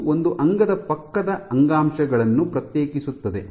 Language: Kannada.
ಇದು ಒಂದು ಅಂಗದ ಪಕ್ಕದ ಅಂಗಾಂಶಗಳನ್ನು ಪ್ರತ್ಯೇಕಿಸುತ್ತದೆ